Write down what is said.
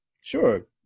sure